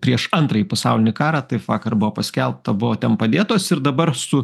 prieš antrąjį pasaulinį karą taip vakar buvo paskelbta buvo ten padėtos ir dabar su